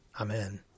Amen